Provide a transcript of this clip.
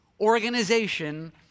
organization